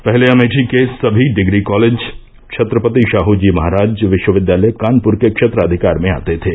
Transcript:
पहले अमेठी के सभी डिग्री कॉलेज छत्रपति शाहू जी महाराज विश्वविद्यालय कानपुर के क्षेत्राधिकार में आते थे